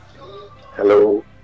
hello